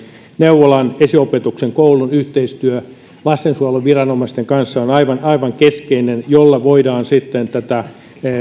neuvolan esiopetuksen koulun yhteistyö lastensuojeluviranomaisten kanssa on aivan aivan keskeinen asia jolla voidaan sitten tätä